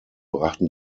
brachten